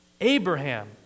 Abraham